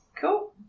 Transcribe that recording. Cool